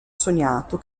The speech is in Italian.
sognato